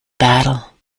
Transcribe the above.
battle